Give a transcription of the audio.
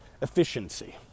Efficiency